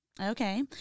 Okay